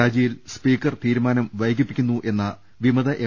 രാജിയിൽ speaker തീരുമാനം വൈകിപ്പിക്കുന്നുവെന്ന വിമത എം